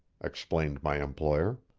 explained my employer.